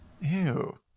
Ew